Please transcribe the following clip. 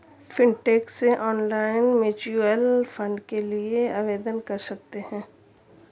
fintech से online mutual fund के लिए आवेदन कर सकते हैं